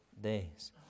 days